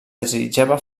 desitjava